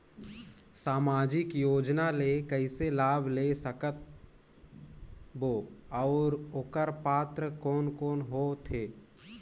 समाजिक योजना ले कइसे लाभ ले सकत बो और ओकर पात्र कोन कोन हो थे?